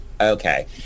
Okay